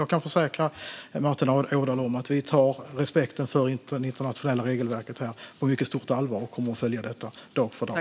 Jag kan försäkra Martin Ådahl att vi tar respekten för det internationella regelverket på mycket stort allvar och kommer att följa detta dag för dag.